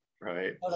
right